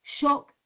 shock